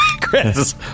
Chris